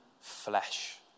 flesh